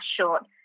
short